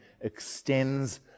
extends